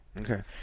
okay